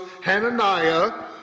Hananiah